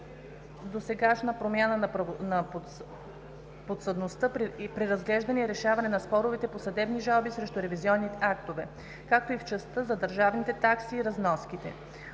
досегашна промяна на подсъдността при разглеждане и решаване на споровете по съдебни жалби срещу ревизионни актове, както и в частта за държавните такси и разноските.